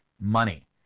money